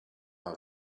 how